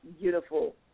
beautiful